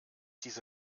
diese